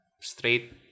straight